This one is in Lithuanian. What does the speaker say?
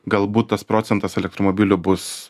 galbūt tas procentas elektromobilių bus